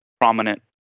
prominent